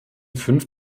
fünf